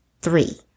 Three